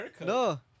No